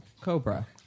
Cobra